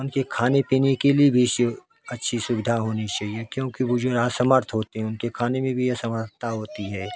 उनके खाने पीने के लिए भी से अच्छी सुविधा होनी चाहिए क्योंकि वह जो है असमर्थ होते हैं उनके खाने में भी असमर्थता होती है